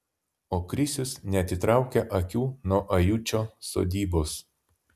o krisius neatitraukia akių nuo ajučio sodybos